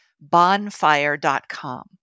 bonfire.com